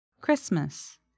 Christmas